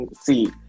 See